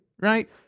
right